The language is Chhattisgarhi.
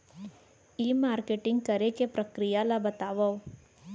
ई मार्केटिंग करे के प्रक्रिया ला बतावव?